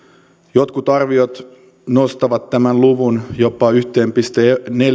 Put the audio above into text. jotkut arviot nostavat tämän luvun jopa yhteen pilkku neljään miljardiin euroon